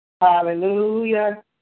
Hallelujah